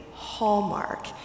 hallmark